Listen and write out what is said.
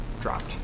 dropped